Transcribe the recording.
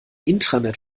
intranet